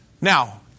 Now